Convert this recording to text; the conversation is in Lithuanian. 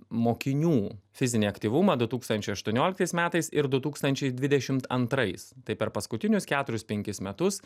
mokinių fizinį aktyvumą du tūkstančiai aštuonioliktais metais ir du tūkstančiai dvidešimt antrais tai per paskutinius keturis penkis metus